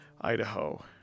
Idaho